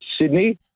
Sydney